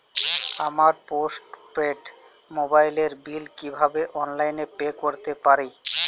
আমার postpaid মোবাইলের বিল কীভাবে অনলাইনে পে করতে পারি?